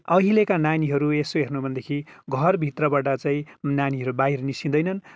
अहिलेका नानीह रू येसो हेर्नु हो भनेदेखि घर भित्रबाट चाहिँ नानीहरू बाहिर निस्किँदैनन्